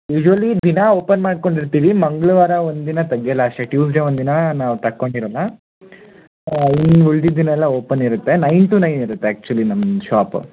usually ದಿನ open ಮಾಡ್ಕೊಂಡು ಇರ್ತೀವಿ ಮಂಗಳವಾರ ಒಂದು ದಿನ ತೆಗಿಯಲ್ಲ ಅಷ್ಟೆ ಟ್ಯೂಸ್ಡೇ ಒಂದು ದಿನ ನಾವು ತಕೊಂಡಿರಲ್ಲ ಇನ್ನು ಉಳ್ದಿದ್ದ ದಿನ ಎಲ್ಲ ಓಪನ್ ಇರುತ್ತೆ ನೈನ್ ಟು ನೈನ್ ಇರುತ್ತೆ ಆ್ಯಕ್ಚುಲಿ ನಮ್ದ ಶಾಪ